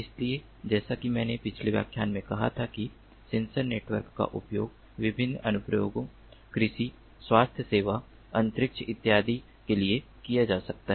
इसलिए जैसा कि मैंने पिछले व्याख्यान में कहा था कि सेंसर नेटवर्क का उपयोग विभिन्न अनुप्रयोगों कृषि स्वास्थ्य सेवा अंतरिक्ष इत्यादि के लिए किया जा सकता है